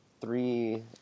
three